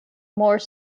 more